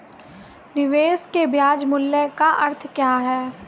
निवेश के ब्याज मूल्य का अर्थ क्या है?